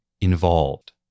involved